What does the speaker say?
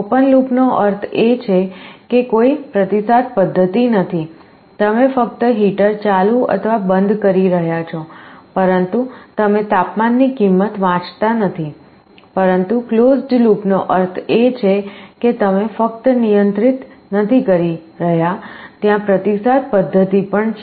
open લૂપનો અર્થ એ છે કે કોઈ પ્રતિસાદ પદ્ધતિ નથી તમે ફક્ત હીટર ચાલુ અથવા બંધ કરી રહ્યાં છો પરંતુ તમે તાપમાન ની કિંમત વાંચતા નથી પરંતુ કલોઝડ લૂપનો અર્થ એ છે કે તમે ફક્ત નિયંત્રિત નથી કરી રહ્યાં ત્યાં પ્રતિસાદ પદ્ધતિ પણ છે